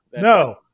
No